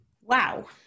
Wow